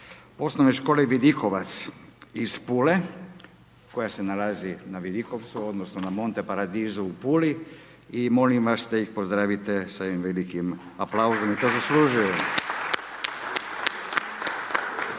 Osnovne škole Vidikovac iz Pule, koja se nalazi na Vidikovcu odnosno na Monte Paladizu u Pulu i molim da ih pozdravite sa jednim velik aplauzom, to zaslužuju.